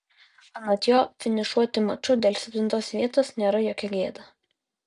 anot jo finišuoti maču dėl septintos vietos nėra jokia gėda